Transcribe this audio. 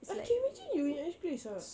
I can imagine you with hair spray it's ah